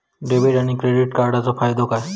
Debit आणि credit कार्डचो फायदो काय?